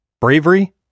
Bravery